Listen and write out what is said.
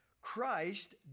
Christ